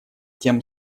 тем